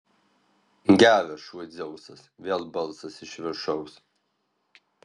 geras šuo dzeusas vėl balsas iš viršaus